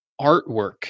artwork